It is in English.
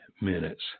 minutes